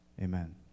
Amen